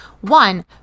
one